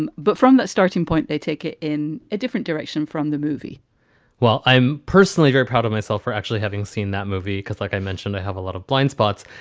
and but from that starting point, they take it in a different direction from the movie while i'm i'm personally very proud of myself for actually having seen that movie, because, like i mentioned, i have a lot of blind spots.